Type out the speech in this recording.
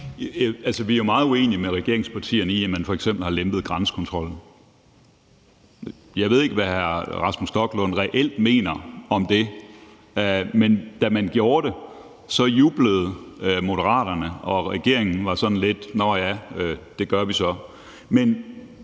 Vi er jo meget uenige med regeringspartierne i, at man f.eks. har lempet grænsekontrollen. Jeg ved ikke, hvad hr. Rasmus Stoklund reelt mener om det, men da man gjorde det, jublede Moderaterne, og regeringen var sådan lidt: Nå ja, det gør vi så.